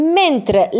mentre